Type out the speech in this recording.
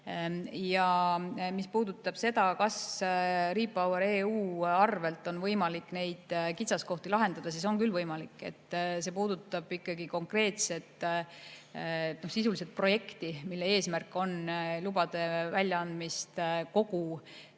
Ja mis puudutab seda, kas REPowerEU [rahaga] on võimalik neid kitsaskohti lahendada, siis on küll võimalik. See puudutab ikkagi sisuliselt projekti, mille eesmärk on lubade väljaandmist, kogu